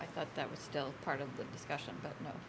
i thought that was still part of the discussion but no